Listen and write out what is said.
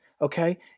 okay